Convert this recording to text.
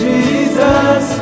Jesus